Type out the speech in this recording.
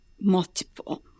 multiple